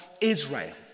Israel